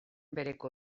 bereko